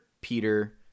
Peter